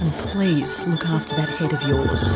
please, look after that head of yours